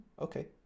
okay